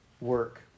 work